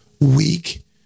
weak